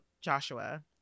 Joshua